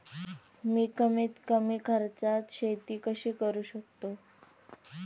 मी कमीत कमी खर्चात शेती कशी करू शकतो?